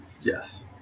Yes